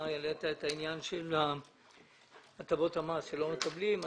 העלית את העניין של הטבות המס שלא מקבלים.